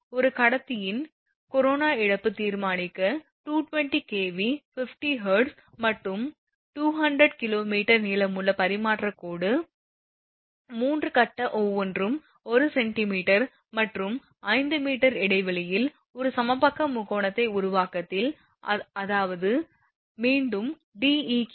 ஒரு கட்டத்தின் கரோனா இழப்பைத் தீர்மானிக்க 220 kV 50 Hz மற்றும் 200 km நீளமுள்ள பரிமாற்றக் கோடு 3 கடத்தி ஒவ்வொன்றும் 1 cm மற்றும் 5 m இடைவெளியில் ஒரு சமபக்க முக்கோண உருவாக்கத்தில் அதாவது மீண்டும் Deq 5m